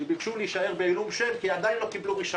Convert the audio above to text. שביקשו להישאר בעילום שם כי עדיין לא קיבלו רישיון.